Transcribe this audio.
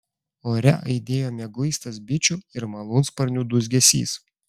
ore aidėjo mieguistas bičių ir malūnsparnių dūzgesys